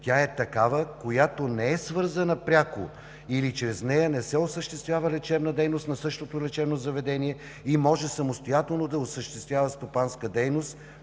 Тя е такава, която не е свързана пряко или чрез нея не се осъществява лечебна дейност на същото лечебно заведение и може самостоятелно да осъществява стопанска дейност,